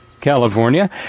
California